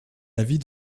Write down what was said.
l’avis